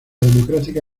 democrática